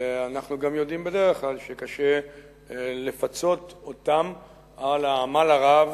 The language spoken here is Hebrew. ואנחנו גם יודעים שבדרך כלל קשה לפצות אותם על העמל הרב